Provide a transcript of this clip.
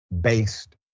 based